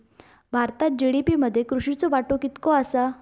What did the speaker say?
भारतात जी.डी.पी मध्ये कृषीचो वाटो कितको आसा?